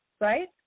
right